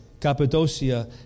Cappadocia